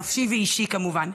נפשי ואישי, כמובן.